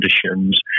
conditions